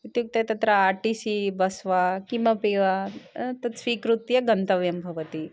इत्युक्ते तत्र R T C bus वा किमपि वा तद् स्वीकृत्य गन्तव्यं भवति